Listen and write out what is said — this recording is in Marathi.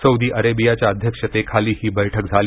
सौदी अरेबियाच्या अध्यक्षतेखाली ही बैठक झाली